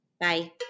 Bye